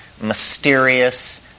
mysterious